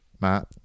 Matt